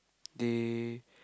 they